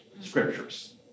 scriptures